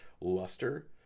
luster